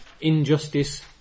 injustice